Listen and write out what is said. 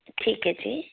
ਠੀਕ ਹੈ ਜੀ